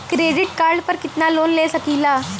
Credit card पर कितनालोन ले सकीला?